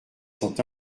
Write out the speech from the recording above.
sont